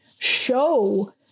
show